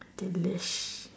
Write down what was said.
delish